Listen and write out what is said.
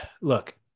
look